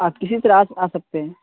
آپ کسی طرح سے آ سکتے ہیں